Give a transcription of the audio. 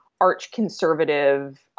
arch-conservative